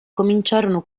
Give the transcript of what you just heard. cominciarono